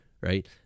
Right